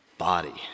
body